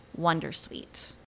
wondersuite